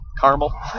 caramel